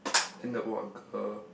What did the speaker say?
then the old uncle